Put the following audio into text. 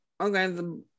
okay